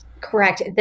Correct